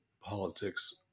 politics